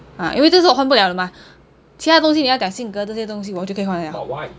ah 因为这是我换不了的嘛其他东西你要讲性格这些东西我就可以换 liao